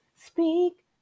Speak